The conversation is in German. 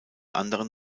anderen